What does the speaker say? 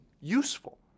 useful